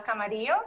camarillo